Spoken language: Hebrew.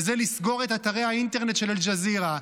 וזה לסגור את אתרי האינטרנט של אל-ג'זירה,